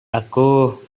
aku